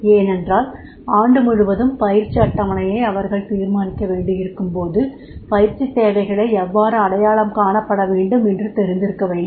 ஏனென்றால் ஆண்டு முழுவதும் பயிற்சி அட்டவணையை அவர்கள் தீர்மானிக்க வேண்டியிருக்கும் போது பயிற்சித் தேவைகளை எவ்வாறு அடையாளம் காணப்பட வேண்டும் என்று தெரிந்திருக்கவேண்டும்